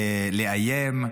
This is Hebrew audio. לאיים,